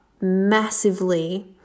massively